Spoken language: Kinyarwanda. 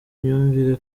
imyumvire